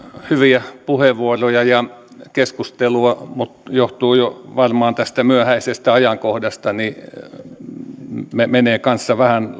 hyviä puheenvuoroja ja keskustelua mutta johtuen jo varmaan tästä myöhäisestä ajankohdasta menee kanssa vähän